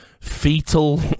fetal